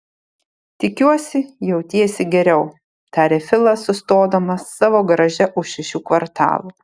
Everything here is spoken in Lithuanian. tikiuosi jautiesi geriau tarė filas sustodamas savo garaže už šešių kvartalų